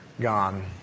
gone